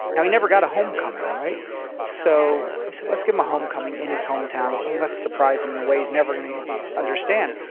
now he never got a homecoming. so so let's give him a homecoming in his hometown, and let's surprise him in a way he's never gonna understand.